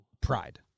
pride